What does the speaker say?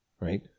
right